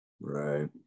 Right